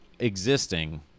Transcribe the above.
existing